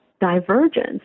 divergence